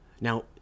Now